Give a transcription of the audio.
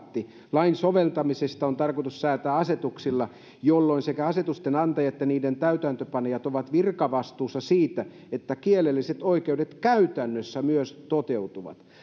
lain soveltamisesta on tarkoitus säätää asetuksilla jolloin sekä asetusten antaja että niiden täytäntöönpanijat ovat virkavastuussa siitä että kielelliset oikeudet käytännössä myös toteutuvat